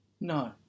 no